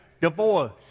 divorce